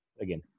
again